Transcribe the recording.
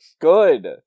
Good